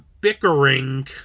bickering